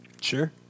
Sure